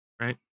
Right